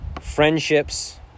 friendships